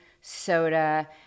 soda